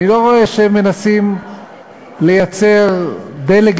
אני לא רואה שהם מנסים לייצר דה-לגיטימציה,